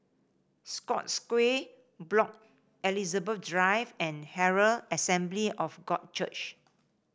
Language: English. Scotts Square Block Elizabeth Drive and Herald Assembly of God Church